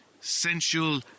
sensual